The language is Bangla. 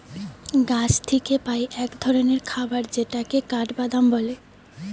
গাছ থিকে পাই এক ধরণের খাবার যেটাকে কাঠবাদাম বলে